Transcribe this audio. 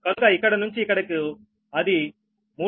కనుక ఇక్కడి నుంచి ఇక్కడికి అది 3